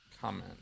comment